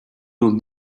will